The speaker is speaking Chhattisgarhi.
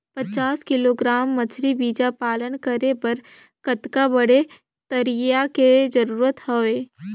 पचास किलोग्राम मछरी बीजा पालन करे बर कतका बड़े तरिया के जरूरत हवय?